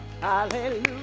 Hallelujah